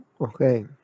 Okay